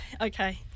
Okay